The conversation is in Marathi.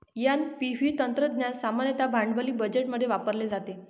एन.पी.व्ही तंत्रज्ञान सामान्यतः भांडवली बजेटमध्ये वापरले जाते